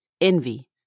envy